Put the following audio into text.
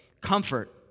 comfort